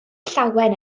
llawen